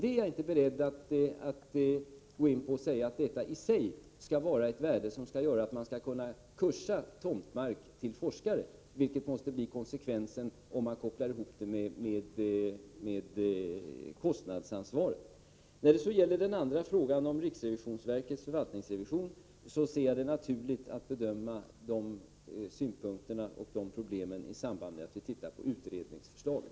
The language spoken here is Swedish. Jag är inte beredd att säga att detta i sig skall ge tomtmark ett sådant värde att den skall kunna ”kursas” till forskare, vilket måste bli konsekvensen om man kopplar ihop detta med kostnadsansvaret. Beträffande riksrevisionsverkets förvaltningsrevision ser jag det naturligt att bedöma de synpunkter och problem som sammanhänger med den i samband med att vi ser på utredningsförslaget.